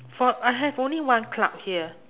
for I have only one cloud here